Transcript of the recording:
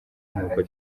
nk’uko